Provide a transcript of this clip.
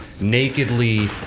nakedly